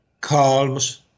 calms